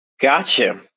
Gotcha